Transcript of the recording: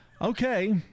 Okay